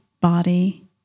body